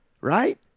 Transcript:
right